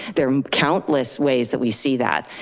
there are countless ways that we see that.